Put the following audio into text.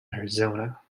arizona